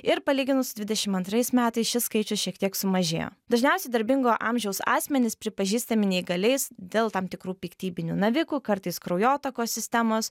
ir palyginus su dvidešim antrais metais šis skaičius šiek tiek sumažėjo dažniausiai darbingo amžiaus asmenys pripažįstami neįgaliais dėl tam tikrų piktybinių navikų kartais kraujotakos sistemos